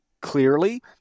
clearly